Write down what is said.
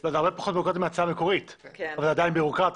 -- זה הרבה פחות בירוקרטיה מההצעה המקורית אבל עדיין בירוקרטי.